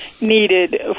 needed